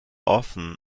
often